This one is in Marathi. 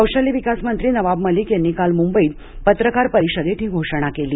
कौशल्यविकास मंत्री नवाब मलिक यांनी काल मुंबईत पत्रकार परिषदेत ही घोषणा केली